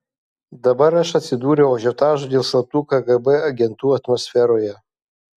dabar aš atsidūriau ažiotažo dėl slaptų kgb agentų atmosferoje